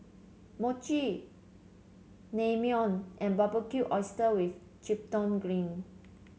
Mochi Naengmyeon and Barbecued Oyster with Chipotle Glaze